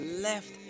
left